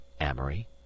amory